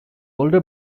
older